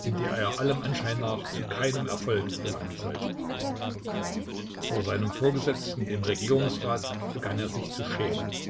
in der er allem anschein nach zu keinem erfolg gelangen sollte vor seinem vorgesetzten dem regierungsrat begann er sich zu schämen